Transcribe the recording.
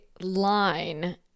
line